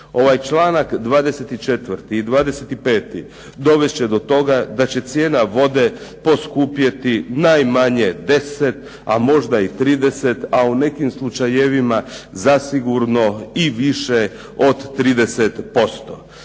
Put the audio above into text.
Ovaj članak 24. i 25. dovest će do toga da će cijena vode poskupjeti najmanje 10, a možda i 30, a u nekim slučajevima zasigurno i više od 30%.